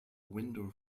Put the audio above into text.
window